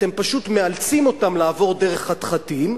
אתם פשוט מאלצים אותם לעבור דרך חתחתים,